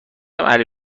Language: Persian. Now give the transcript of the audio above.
علی